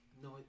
No